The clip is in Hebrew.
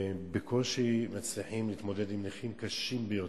בקושי מצליחים להתמודד עם נכים קשים ביותר,